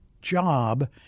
job